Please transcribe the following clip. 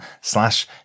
slash